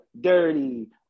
dirty